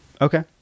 Okay